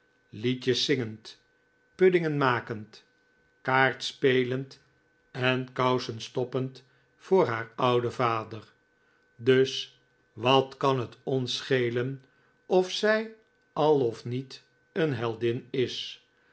liedjes zingend puddingen makend kaartspelend en kousenstoppend voor haar ouden vader dus wat kan het ons schelen of zij al of niet een heldin is